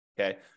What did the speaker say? okay